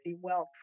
wealth